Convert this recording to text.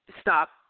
stop